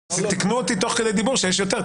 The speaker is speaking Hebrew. תיקנו אותי תוך כדי דיבור שיש יותר.